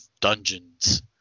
dungeons